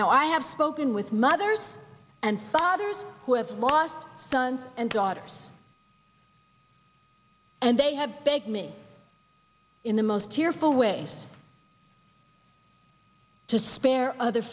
now i have spoken with mothers and fathers who have lost sons and daughters and they have begged me in the most cheerful way to spare other